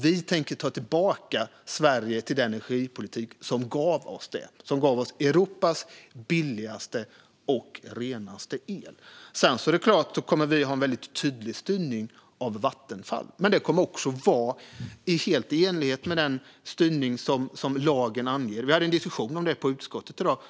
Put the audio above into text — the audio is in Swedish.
Vi tänker ta tillbaka Sverige till den energipolitik som gav oss Europas billigaste och renaste el. Vi kommer givetvis att ha en tydlig styrning av Vattenfall, och den kommer att vara helt i enlighet med den styrning som lagen anger. Vi hade en diskussion om detta på utskottet i dag.